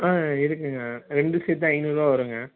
ஆ இருக்குதுங்க ரெண்டு செட் ஐநூறுருவா வருங்க